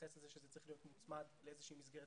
להתייחס לזה שזה צריך להיות מוצמד לאיזושהי מסגרת